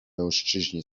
mężczyźni